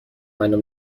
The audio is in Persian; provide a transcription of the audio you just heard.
منو